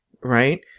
Right